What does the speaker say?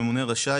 הממונה רשאי,